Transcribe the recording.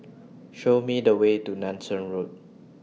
Show Me The Way to Nanson Road